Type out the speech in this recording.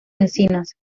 encinas